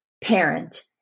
parent